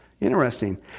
Interesting